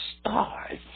stars